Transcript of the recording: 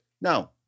Now